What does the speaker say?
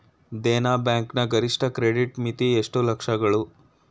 Dena bank ನ ಗರಿಷ್ಠ credit ಮಿತಿ ಎಷ್ಟು ಲಕ್ಷಗಳು?